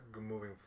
moving